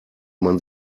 man